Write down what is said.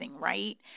right